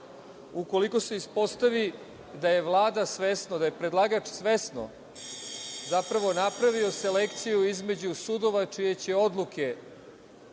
ukoliko se ispostavi da je Vlada svesno, da je predlagač svesno, zapravo napravio selekciju između sudova čije će odluke